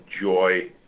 joy